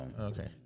Okay